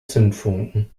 zündfunken